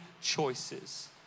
choices